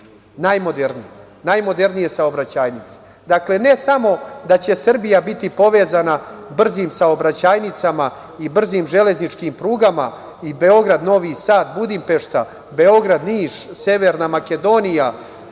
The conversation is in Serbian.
najmodernije saobraćajnice. Dakle, ne samo da će Srbija biti povezana brzim saobraćajnicama i brzim železničkim prugama Beograd-Novi Sad-Budimpešta, Beograd-Niš-Severna Makedonija,